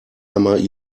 einmal